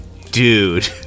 dude